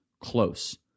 close